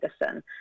medicine